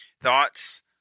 Thoughts